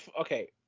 okay